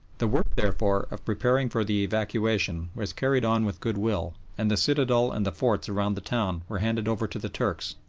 the work, therefore, of preparing for the evacuation was carried on with goodwill, and the citadel and the forts around the town were handed over to the turks,